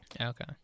Okay